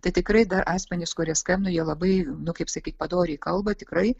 tai tikrai dar asmenys kurie skambino jie labai nu kaip sakyt padoriai kalba tikrai